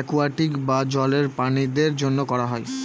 aquatic বা জলের প্রাণীদের জন্য করা হয়